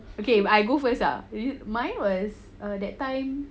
okay I go first ah mine was that time